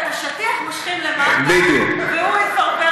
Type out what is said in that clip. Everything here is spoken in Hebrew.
ואת השטיח מושכים למטה והוא יפרפר.